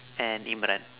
and imran